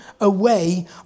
away